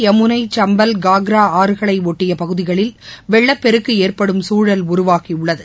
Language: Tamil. யமுனை சும்பல் காக்ராஆறுகளைஒட்டியபகுதிகளில் வெள்ளப்பெருக்குஏற்படும் கங்கை சூழல் உருவாகியுள்ளது